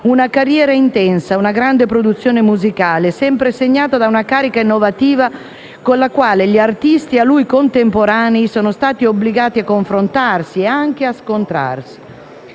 Una carriera intensa, una grande produzione musicale, sempre segnata da una carica innovativa con la quale gli artisti a lui contemporanei sono stati obbligati a confrontarsi e anche a scontrarsi.